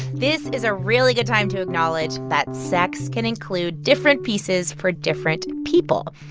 this is a really good time to acknowledge that sex can include different pieces for different people.